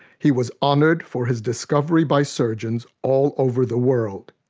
he was honored for his discovery by surgeons all over the world.